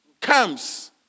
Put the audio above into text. camps